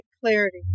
clarity